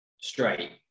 straight